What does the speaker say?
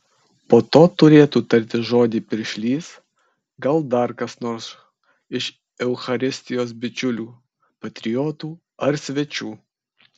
po to turėtų tarti žodį piršlys gal dar kas nors iš eucharistijos bičiulių patriotų ar svečių